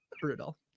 brutal